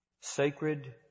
sacred